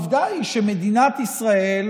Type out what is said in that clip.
העובדה היא שמדינת ישראל,